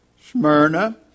Smyrna